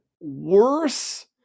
worse